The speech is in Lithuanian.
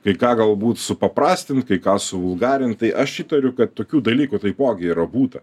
kai ką galbūt supaprastint kai ką suvulgarint tai aš įtariu kad tokių dalykų taipogi yra būta